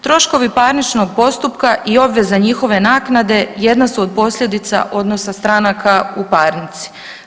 Troškovi parničnog postupka i obveza njihove naknade jedno su od posljedica odnosa stranaka u parnici.